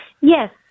Yes